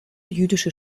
jüdische